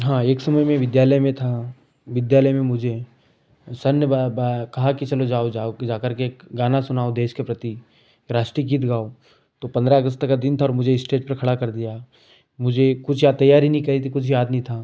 हाँ एक समय मैं विद्यालय में था विद्यालय में मुझे सर ने बार बार कहा कि चलो जाओ जाओ जाकर के एक गाना सुनाओ देश के प्रति राष्ट्रीय गीत गाओ तो पंद्रह अगस्त का दिन था और मुझे स्टेज पर खड़ा कर दिया मुझे कुछ या तैयारी नहीं करी थी कुछ याद नहीं था